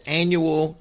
annual